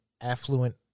affluent